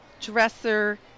dresser